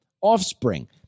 offspring